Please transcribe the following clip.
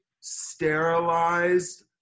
sterilized